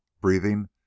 breathing